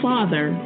Father